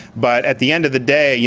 but at the end of the day, yeah